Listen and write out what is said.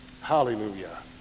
Hallelujah